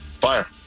Fire